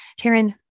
Taryn